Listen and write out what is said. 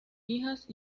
hijas